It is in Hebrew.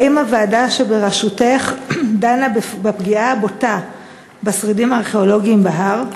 3. האם הוועדה שבראשותך דנה בפגיעה הבוטה בשרידים הארכיאולוגיים בהר,